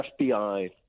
FBI